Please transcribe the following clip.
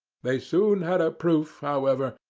they soon had a proof, however,